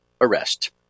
arrest